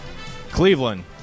Cleveland